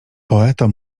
poeto